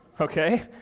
okay